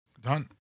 done